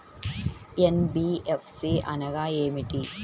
NBFC అనగా ఏమిటీ?